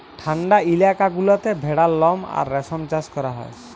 ঠাল্ডা ইলাকা গুলাতে ভেড়ার লম আর রেশম চাষ ক্যরা হ্যয়